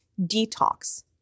detox